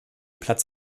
platz